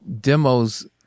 demos